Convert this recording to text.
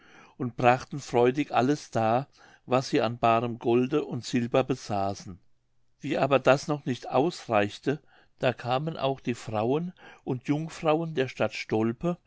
und brachten freudig alles dar was sie an baarem golde und silber besaßen wie aber das noch nicht ausreichte da kamen auch die frauen und jungfrauen der stadt stolpe